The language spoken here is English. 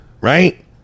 right